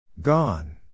Gone